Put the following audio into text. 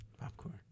Popcorn